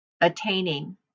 attaining